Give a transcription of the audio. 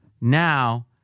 Now